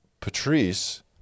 Patrice